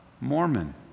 Mormon